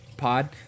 Pod